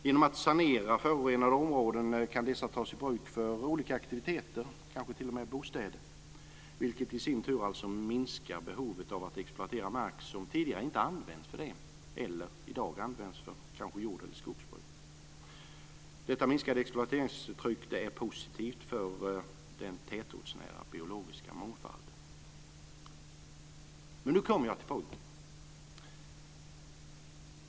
Genom att man sanerar förorenade områden kan dessa tas i bruk för olika aktiviteter, kanske t.o.m. bostäder, vilket alltså i sin tur minskar behovet av att exploatera mark som tidigare inte använts för det eller som i dag används för jord eller skogsbruk. Detta minskande exploateringstryck är positivt för den tätortsnära biologiska mångfalden.